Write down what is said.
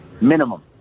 Minimum